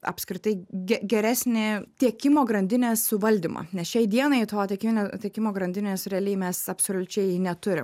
apskritai ge geresnį tiekimo grandinės suvaldymą nes šiai dienai to tiekinio tiekimo grandinės realiai mes absoliučiai neturim